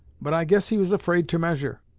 but i guess he was afraid to measure,